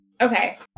Okay